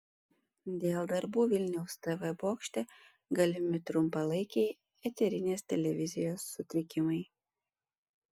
dėl darbų vilniaus tv bokšte galimi trumpalaikiai eterinės televizijos sutrikimai